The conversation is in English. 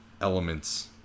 elements